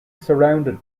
surrounded